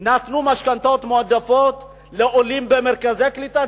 זה שנתנו משכנתאות מועדפות לעולים במרכזי קליטה.